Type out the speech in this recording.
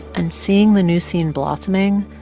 and seeing the new scene blossoming,